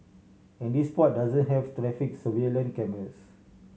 and this spot doesn't have traffic surveillance cameras